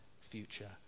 future